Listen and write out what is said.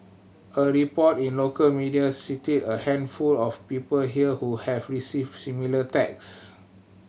a report in local media cited a handful of people here who have received similar text